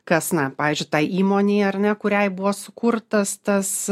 kas na pavyzdžiui tai įmonei ar ne kuriai buvo sukurtas tas